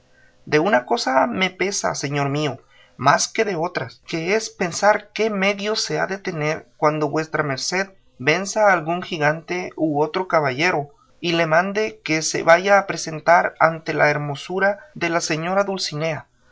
de una cosa me pesa señor mío más que de otras que es pensar qué medio se ha de tener cuando vuesa merced venza a algún gigante o otro caballero y le mande que se vaya a presentar ante la hermosura de la señora dulcinea